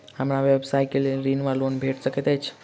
हमरा व्यवसाय कऽ लेल ऋण वा लोन भेट सकैत अछि?